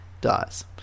dies